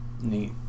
Neat